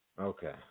Okay